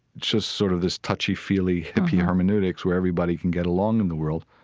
just sort of this touchy-feely hippie hermeneutics, where everybody can get along in the world.